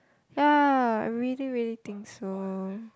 ya I really really think so